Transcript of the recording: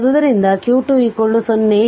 ಆದ್ದರಿಂದ ಆದ್ದರಿಂದ q 2 0